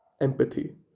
empathy